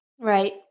Right